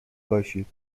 باشید